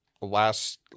last